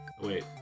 wait